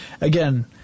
again